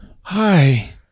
hi